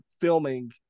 filming